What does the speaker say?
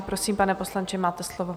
Prosím, pane poslanče, máte slovo.